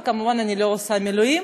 וכמובן אני לא עושה מילואים,